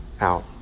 out